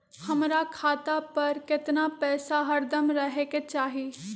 हमरा खाता पर केतना पैसा हरदम रहे के चाहि?